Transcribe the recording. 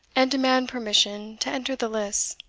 and demand permission to enter the lists.